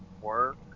Work